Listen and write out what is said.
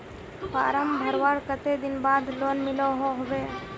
Form भरवार कते दिन बाद लोन मिलोहो होबे?